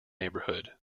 neighbourhood